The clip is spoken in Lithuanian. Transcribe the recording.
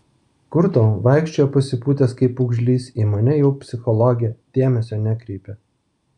kur tau vaikščiojo pasipūtęs kaip pūgžlys į mane jau psichologę dėmesio nekreipė